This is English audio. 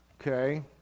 Okay